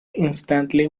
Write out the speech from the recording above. instantly